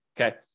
okay